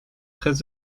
très